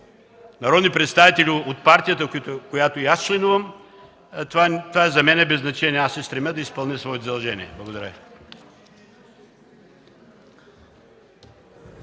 народни представители от партията, в която и аз членувам, за мен това е без значение, аз се стремя да изпълня своите задължения. Благодаря.